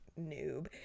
noob